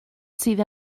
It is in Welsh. sydd